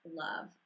love